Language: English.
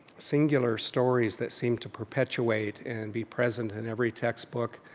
singular stories that seemed to perpetuate and be present in every textbook.